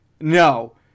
No